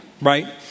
right